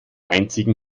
einzigen